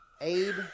aid